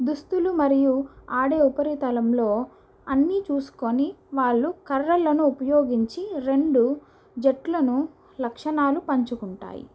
దుస్తులు మరియు ఆడే ఉపరితలంలో అన్ని చూస్కొని వాళ్ళు కర్రలను ఉపయోగించి రెండు జట్లను లక్షణాలు పంచుకుంటాయి